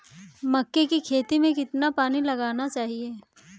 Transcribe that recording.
मक्के की खेती में कितना पानी लगाना चाहिए?